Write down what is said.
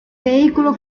vehículo